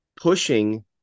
pushing